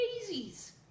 daisies